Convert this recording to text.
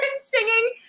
singing